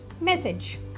message